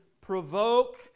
provoke